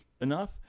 enough